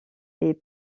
est